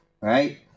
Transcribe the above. right